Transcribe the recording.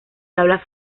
habla